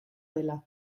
dela